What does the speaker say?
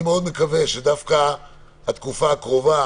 אני מאוד מקווה שדווקא התקופה הקרובה